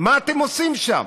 מה אתם עושים שם?